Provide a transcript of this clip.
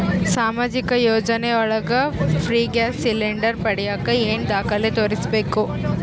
ಸಾಮಾಜಿಕ ಯೋಜನೆ ಒಳಗ ಫ್ರೇ ಗ್ಯಾಸ್ ಸಿಲಿಂಡರ್ ಪಡಿಯಾಕ ಏನು ದಾಖಲೆ ತೋರಿಸ್ಬೇಕು?